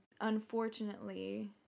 unfortunately